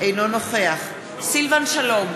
אינו נוכח סילבן שלום,